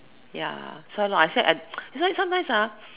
ya I sad I it's like sometimes ah